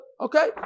okay